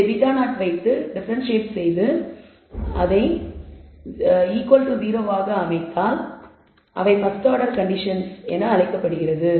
இதை β0 வைத்து டிஃபரண்டியட் செய்து அதை 0 ஆக அமைத்தால் அவை பஸ்ட் ஆர்டர் கண்டிஷன் என அழைக்கப்படும்